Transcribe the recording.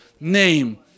name